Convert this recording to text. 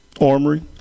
armory